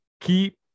keep